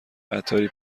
عطاری